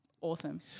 awesome